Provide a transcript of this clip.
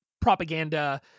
propaganda